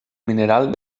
mineral